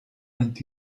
and